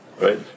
right